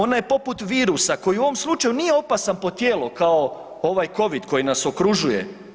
Ona je poput virusa koji u ovom slučaju nije opasan po tijelo kao ovaj covid koji nas okružuje.